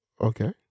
Okay